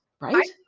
right